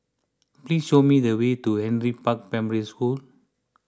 please show me the way to Henry Park Primary School